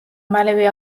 მალევე